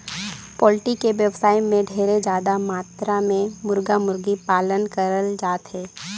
poultry के बेवसाय में ढेरे जादा मातरा में मुरगा, मुरगी पालन करल जाथे